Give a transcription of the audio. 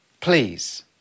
Please